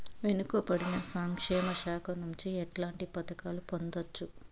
వెనుక పడిన సంక్షేమ శాఖ నుంచి ఎట్లాంటి పథకాలు పొందవచ్చు?